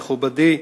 מכובדי השר,